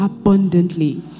abundantly